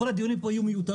כל הדיונים פה יהיו מיותרים.